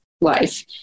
life